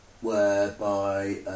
whereby